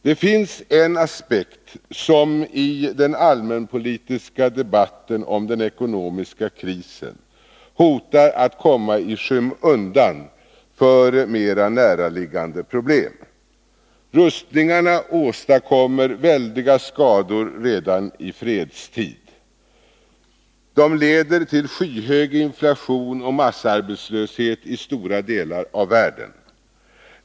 Det finns en aspekt som i den allmänpolitiska debatten om den ekonomiska krisen hotar att komma i skymundan för mera närliggande problem. Rustningarna åstadkommer väldiga skador redan i fredstid. De leder till skyhög inflation och massarbetslöshet i stora delar av världen.